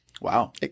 Wow